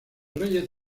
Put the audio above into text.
reyes